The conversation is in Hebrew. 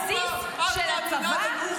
לבסיס של הצבא -- את --- מאמינה לנוח'בה?